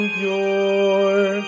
pure